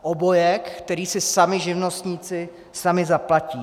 Obojek, který si sami živnostníci zaplatí.